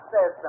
says